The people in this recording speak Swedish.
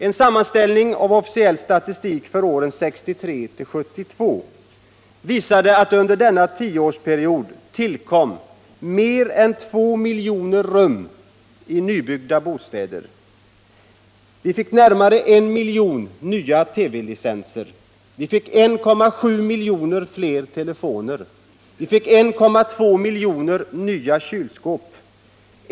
En sammanställning av officiell statistik för åren 1963-1972 visar att under denna tioårsperiod tillkom mer än 2 miljoner rum i nybyggda bostäder. Vi fick närmare 1 miljon nya TV-licenser, 1,7 miljoner fler telefoner och 1,2 miljoner nya kylskåp.